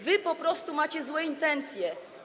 Wy po prostu macie złe intencje.